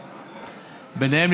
וביניהן,